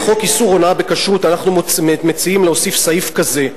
בחוק איסור הונאה בכשרות אנחנו מציעים להוסיף סעיף כזה,